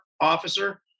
officer